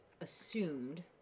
Assumed